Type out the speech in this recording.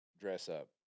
dress-up